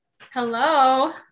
Hello